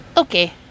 Okay